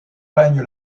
règne